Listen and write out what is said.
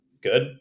good